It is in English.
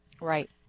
Right